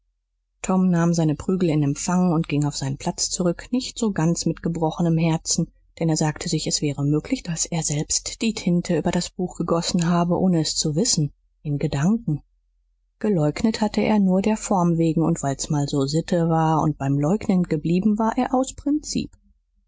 tom nahm seine prügel in empfang und ging auf seinen platz zurück nicht so ganz mit gebrochenem herzen denn er sagte sich es wäre möglich daß er selbst die tinte über das buch gegossen habe ohne es zu wissen in gedanken geleugnet hatte er nur der form wegen und weil's mal so sitte war und beim leugnen geblieben war er aus prinzip